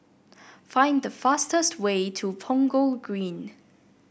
find the fastest way to Punggol Green